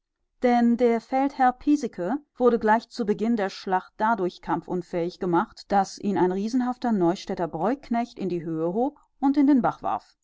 denn der feldherr piesecke wurde gleich bei beginn der schlacht dadurch kampfunfähig gemacht daß ihn ein riesenhafter neustädter bräuknecht in die höhe hob und in den bach warf